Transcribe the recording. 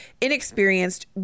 inexperienced